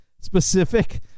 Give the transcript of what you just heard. specific